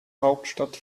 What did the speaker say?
hauptstadt